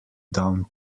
down